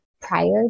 prior